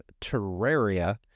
terraria